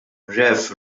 rev